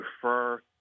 prefer